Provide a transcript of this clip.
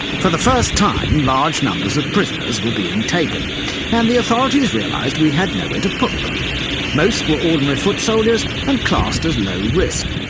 for the first time, large numbers of prisoners were being taken and the authorities realized we had nowhere to put them most were ordinary foot soldiers and classed as low risk,